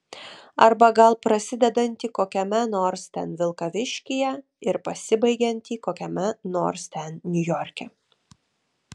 arba gal prasidedantį kokiame nors ten vilkaviškyje ir pasibaigiantį kokiame nors ten niujorke